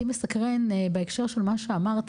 אותי מסקרן בהקשר של מה שאמרת,